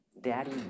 Daddy